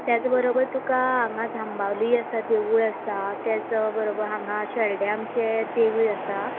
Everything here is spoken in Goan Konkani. तेच बरोबर तुका हांगा जांबावली आसा देवूळ आसा तेच बरोबर हांगा शेल्डें आमचें देवूळ आसा